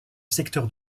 secteur